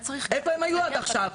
איפה הם היו עד עכשיו?